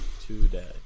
today